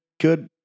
good